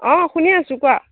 অ শুনি আছোঁ কোৱা